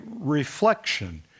reflection